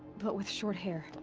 but with short hair?